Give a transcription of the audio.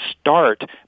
start